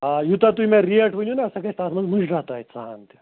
آ یوٗتاہ تُہۍ مےٚ ریٹ ؤنِو نا سۄ گژھِ تَتھ منٛز مُجرا تۄہہِ سۄ ہَن تہِ